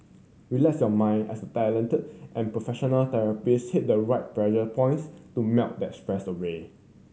relax your mind as the talented and professional therapist hit the right pressure points to melt that stress away